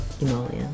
Emollient